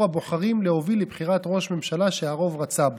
הבוחרים להוביל לבחירת ראש ממשלה שהרוב רצה בו,